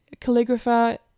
calligrapher